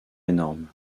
énorme